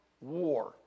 war